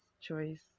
choice